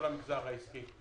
העסקי,